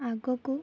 ଆଗକୁ